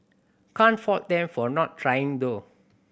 can't fault them for not trying though